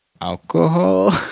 Alcohol